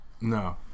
No